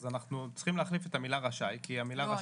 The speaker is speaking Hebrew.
אז אנחנו צריכים להחליף את המילה 'רשאי' כי המילה רשאי --- לא,